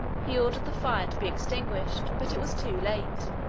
he ordered the fire to be extinguished but it was too late.